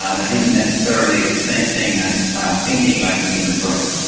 um that isn't necessarily the same thing as thinking like a human brain.